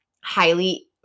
highly